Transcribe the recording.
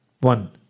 one